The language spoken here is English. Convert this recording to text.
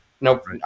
nope